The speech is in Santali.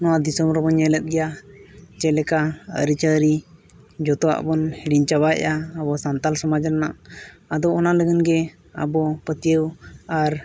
ᱱᱚᱣᱟ ᱫᱤᱥᱚᱢ ᱨᱮᱵᱚᱱ ᱧᱮᱞᱮᱫ ᱜᱮᱭᱟ ᱪᱮᱫ ᱞᱮᱠᱟ ᱟᱹᱨᱤᱪᱟᱹᱞᱤ ᱡᱚᱛᱚᱣᱟᱜ ᱵᱚᱱ ᱦᱤᱲᱤᱧ ᱪᱟᱵᱟᱭᱮᱫᱼᱟ ᱟᱵᱚ ᱥᱟᱱᱛᱟᱲ ᱥᱚᱢᱟᱡᱽ ᱨᱮᱱᱟᱜ ᱟᱫᱚ ᱚᱱᱟ ᱞᱟᱹᱜᱤᱫ ᱜᱮ ᱟᱵᱚ ᱯᱟᱹᱛᱭᱟᱹᱣ ᱟᱨ